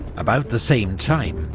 about the same time,